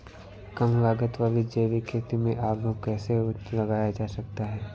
कम लागत वाली जैविक खेती में आलू कैसे लगाया जा सकता है?